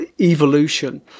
evolution